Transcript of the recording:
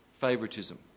favoritism